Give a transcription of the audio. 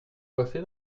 coiffée